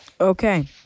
Okay